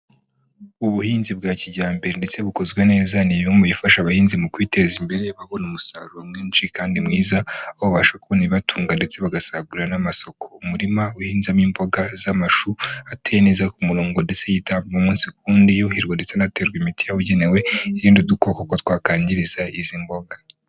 Ubuhinzi bwa kijyambere ndetse bukozwe neza ni bimwe mu bifasha abahinzi mu kwiteza imbere babona umusaruro mwinshi kandi mwiza, aho babasha kubona ibibatunga ndetse bagasagurira n'amasoko. Umurima uhinzemo imboga z'amashu ateye neza ku murongo ndetse yitabwaho umunsi ku wundi, yuhirwa ndetse anaterwa imiti yabugenewe irinda udukoko ko twakangiriza izi mboga.